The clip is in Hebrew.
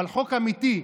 אבל חוק אמיתי,